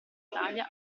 italia